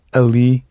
ali